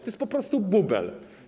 To jest po prostu bubel.